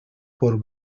por